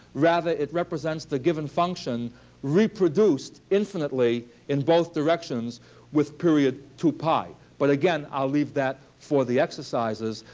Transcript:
rather, it represents the given function reproduced infinitely in both directions with period two pi. but again, i'll leave that for the exercises.